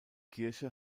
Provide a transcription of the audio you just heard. kirche